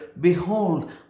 behold